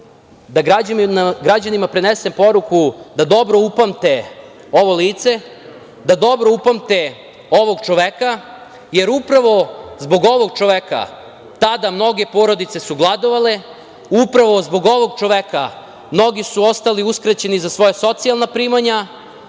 da građanima prenesem poruku da dobro upamte ovo lice, da dobro upamte ovog čoveka, jer upravo su zbog ovog čoveka tada mnoge porodice gladovale, upravo zbog ovog čoveka mnogi su ostali uskraćeni za svoja socijalna primanja,